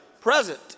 present